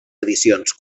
edicions